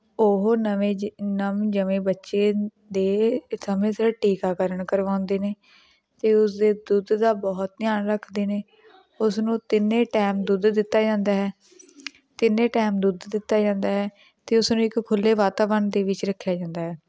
ਉਹ ਨਵੇਂ ਨਵ ਜੰਮੇ ਬੱਚੇ ਦੇ ਸਮੇਂ ਸਿਰਫ ਟੀਕਾਕਰਨ ਕਰਵਾਉਂਦੇ ਨੇ ਅਤੇ ਉਸਦੇ ਦੁੱਧ ਦਾ ਬਹੁਤ ਧਿਆਨ ਰੱਖਦੇ ਨੇ ਉਸਨੂੰ ਤਿੰਨੇ ਟੈਮ ਦੁੱਧ ਦਿੱਤਾ ਜਾਂਦਾ ਹੈ ਤਿੰਨੇ ਟੈਮ ਦੁੱਧ ਦਿੱਤਾ ਜਾਂਦਾ ਹੈ ਅਤੇ ਉਸਨੂੰ ਇੱਕ ਖੁੱਲ੍ਹੇ ਵਾਤਾਵਰਣ ਦੇ ਵਿੱਚ ਰੱਖਿਆ ਜਾਂਦਾ ਹੈ